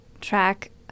track